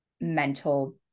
mental